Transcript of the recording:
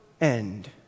end